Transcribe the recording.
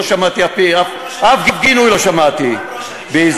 לא שמעתי, אף גינוי לא שמעתי, מה עם ראש הממשלה?